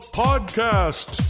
podcast